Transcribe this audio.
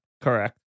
Correct